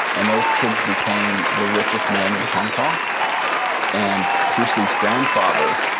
and those kids became the richest men in hong kong and bruce lee's grandfather,